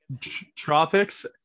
tropics